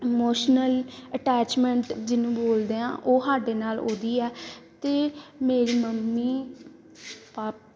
emotional attachment ਜਿਹਨੂੰ ਬੋਲਦੇ ਹਾਂ ਉਹ ਸਾਡੇ ਨਾਲ ਉਹਦੀ ਆ ਅਤੇ ਮੇਰੀ ਮੰਮੀ ਪਾ